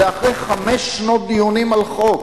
אחרי חמש שנות דיונים על חוק,